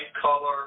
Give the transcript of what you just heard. color